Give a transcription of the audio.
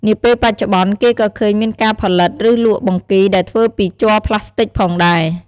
នាពេលបច្ចុប្បន្នគេក៏ឃើញមានការផលិត ឬលក់បង្គីដែលធ្វើពីជ័រប្លាស្ទិកផងដែរ។